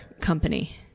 company